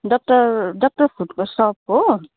doctor doctor फुटको सप हो